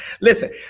Listen